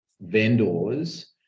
vendors